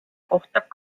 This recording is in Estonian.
kohtab